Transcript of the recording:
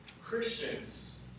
Christians